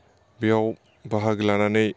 बेयाव बाहागो लानानै